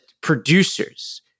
producers